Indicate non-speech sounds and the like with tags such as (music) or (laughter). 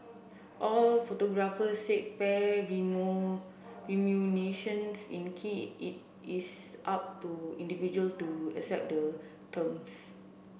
all photographers said fair (unintelligible) in key it it's up to individual to accept the terms